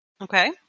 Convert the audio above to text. Okay